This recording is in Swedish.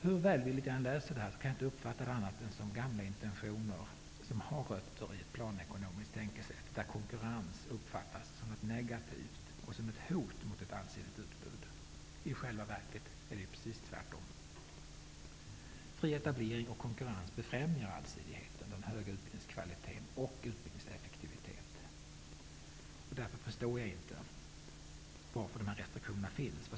Hur välvilligt jag än läser detta, kan jag inte uppfatta det som annat än intentioner som har sina rötter i ett gammalt, planekonomiskt tänkesätt, där konkurrens uppfattas som något negativt och som ett hot mot ett allsidigt utbud. I själva verket är det precis tvärtom. Fri etablering och konkurrens befrämjar allsidighet, hög utbildningskvalitet och utbildningseffektivitet. Därför förstår jag inte varför dessa restriktioner finns.